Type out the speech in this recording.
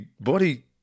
body